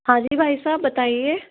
हाँ जी भाई साहब बताइए